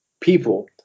people